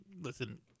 Listen